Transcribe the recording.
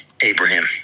Abraham